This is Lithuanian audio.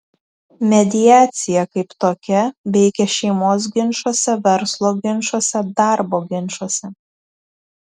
mediacija kaip tokia veikia šeimos ginčuose verslo ginčuose darbo ginčuose